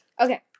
Okay